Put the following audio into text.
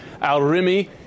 al-Rimi